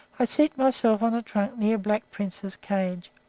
i seat myself on a trunk near black prince's cage,